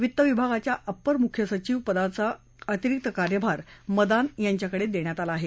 वित्त विभागाच्या अप्पर मुख्य सचिव पदाचा अतिरिक्त कार्यभार मदान यांच्याकडे देण्यात आला अहे